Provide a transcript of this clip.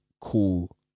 cool